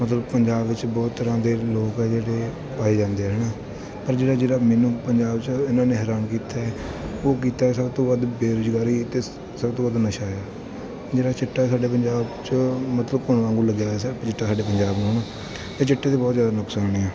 ਮਤਲਬ ਪੰਜਾਬ ਵਿੱਚ ਬਹੁਤ ਤਰ੍ਹਾਂ ਦੇ ਲੋਕ ਆ ਜਿਹੜੇ ਪਾਏ ਜਾਂਦੇ ਆ ਹੈ ਨਾ ਪਰ ਜਿਹੜਾ ਜਿਹੜਾ ਮੈਨੂੰ ਪੰਜਾਬ 'ਚ ਇਹਨਾਂ ਨੇ ਹੈਰਾਨ ਕੀਤਾ ਉਹ ਕੀਤਾ ਸਭ ਤੋਂ ਵੱਧ ਬੇਰੁਜ਼ਗਾਰੀ ਅਤੇ ਸਭ ਤੋਂ ਵੱਧ ਨਸ਼ਾ ਆ ਜਿਹੜਾ ਚਿੱਟਾ ਸਾਡੇ ਪੰਜਾਬ 'ਚ ਮਤਲਬ ਘੁਣ ਵਾਗੂੰ ਲੱਗਿਆ ਹੋਇਆ ਸ ਚਿੱਟਾ ਸਾਡੇ ਪੰਜਾਬ ਨੂੰ ਨਾ ਇਹ ਚਿੱਟੇ ਦੇ ਬਹੁਤ ਜ਼ਿਆਦਾ ਨੁਕਸਾਨ ਆ